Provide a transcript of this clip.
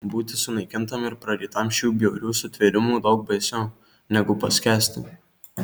būti sunaikintam ir prarytam šių bjaurių sutvėrimų daug baisiau negu paskęsti